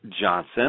Johnson